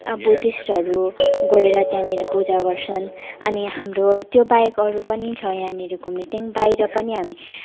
अब बुद्धिस्टहरू गएर त्यहाँनिर पूजा गर्छन् अनि हाम्रो त्यो बाहेक अरू पनि छ यहाँनिर घुम्ने त्यहाँदेखि बाहिर पनि अब हामी